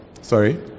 sorry